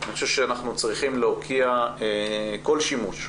אני חושב שאנחנו צריכים להוקיע כל שימוש,